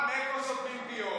מוכר, איפה סותמים פיות.